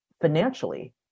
financially